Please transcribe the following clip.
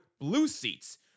BLUESEATS